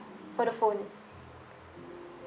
for the phone